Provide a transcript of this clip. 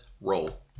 roll